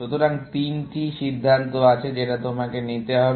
সুতরাং তিনটি সিদ্ধান্ত আছে যেটা তোমাকে নিতে হবে